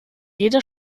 jeder